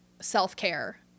self-care